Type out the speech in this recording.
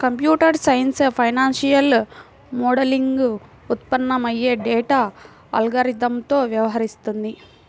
computer science financial మోడలింగ్లో ఉత్పన్నమయ్యే data అల్గారిథమ్లతో వ్యవహరిస్తుంది